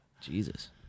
Jesus